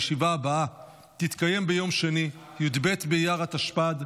הישיבה הבאה תתקיים ביום שני י"ב באייר התשפ"ד,